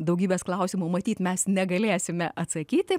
daugybės klausimų matyt mes negalėsime atsakyti